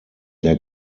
der